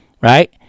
right